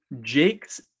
Jake's